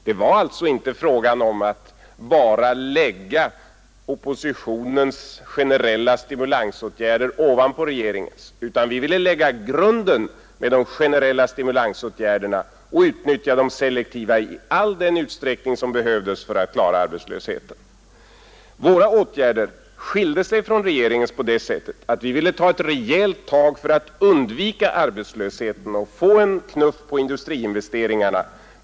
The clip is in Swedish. Det var alltså inte fråga om att bara lägga oppositionens generella stimulansåtgärder ovanpå regeringens, utan vi ville lägga grunden med de generella stimulansåtgärderna och utnyttja de selektiva i all den utsträckning som behövdes för att klara arbetslösheten. Våra åtgärder skiljer sig från regeringens på det sättet att vi ville ta ett rejält tag för att undvika arbetslöshet och ge industriinvesteringarna en knuff.